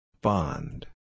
Bond